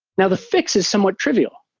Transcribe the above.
now the fix is somewhat trivial.